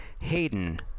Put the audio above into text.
Hayden